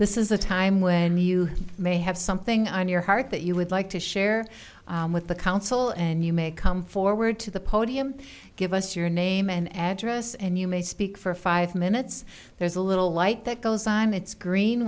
this is the time when you may have something on your heart that you would like to share with the council and you may come forward to the podium give us your name and address and you may speak for five minutes there's a little light that goes on